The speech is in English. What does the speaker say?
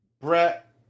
Brett